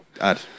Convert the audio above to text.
add